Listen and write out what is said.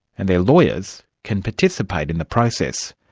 and their lawyers can participate in the process.